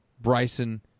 Bryson